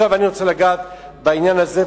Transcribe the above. אני רוצה לגעת בעניין הזה,